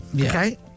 Okay